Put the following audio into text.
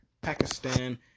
Pakistan